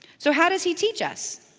so how does he teach us?